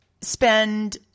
spend